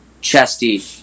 chesty